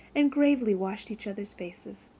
and gravely washed each other's faces.